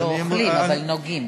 לא אוכלים, אבל נוגעים.